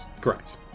Correct